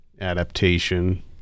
adaptation